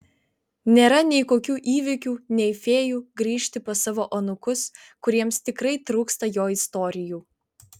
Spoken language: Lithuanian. nėra nei kokių įvykių nei fėjų grįžti pas savo anūkus kuriems tikrai trūksta jo istorijų